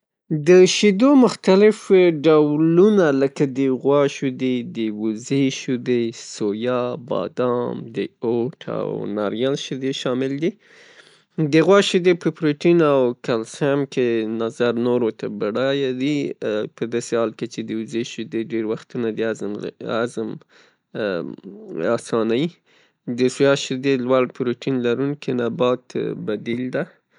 د شیدو مختلف ډولونه لکه د غوا شیدي، د وزې شیدي ، سویا، بادام د اوټ او ناریل شیدي شامل دي. د غوا شیدي په پروټین او کلسیم کې نظر نورو ته بډایه دي پداسې حال کې چه د وزې شیدې ډیر وختې د هضم ، هضم اسانیي، د سویا شیدي لوړ پروټین لرونکي نبات بدیل ده.